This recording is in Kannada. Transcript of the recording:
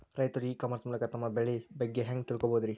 ರೈತರು ಇ ಕಾಮರ್ಸ್ ಮೂಲಕ ತಮ್ಮ ಬೆಳಿ ಬಗ್ಗೆ ಹ್ಯಾಂಗ ತಿಳ್ಕೊಬಹುದ್ರೇ?